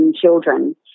children